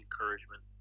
encouragement